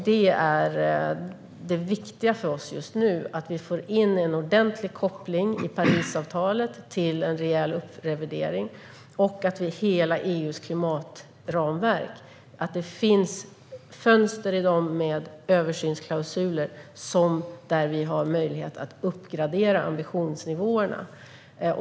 Det är det viktiga för oss just nu: att vi får in en ordentlig koppling till en rejäl upprevidering i Parisavtalet och att det i hela EU:s klimatramverk finns fönster med översynsklausuler som ger oss möjlighet att uppgradera ambitionsnivåerna.